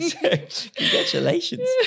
Congratulations